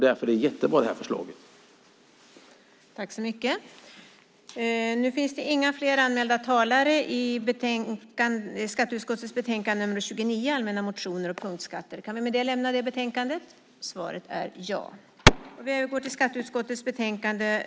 Därför är det här förslaget jättebra.